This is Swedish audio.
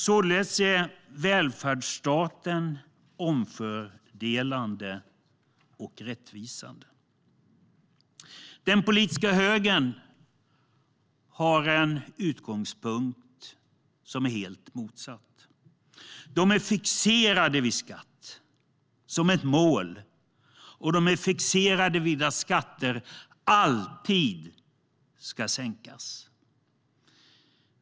Således är välfärdsstaten omfördelande och rättvisande. Den politiska högern har en utgångspunkt som är helt motsatt. De är fixerade vid skatt som ett mål, och de är fixerade vid att skatter alltid ska sänkas.